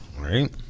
Right